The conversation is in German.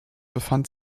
befand